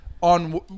on –